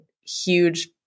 huge